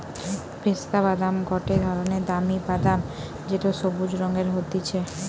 পেস্তা বাদাম গটে ধরণের দামি বাদাম যেটো সবুজ রঙের হতিছে